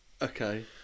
Okay